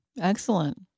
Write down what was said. Excellent